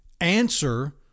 answer